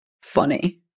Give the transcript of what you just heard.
funny